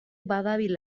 badabil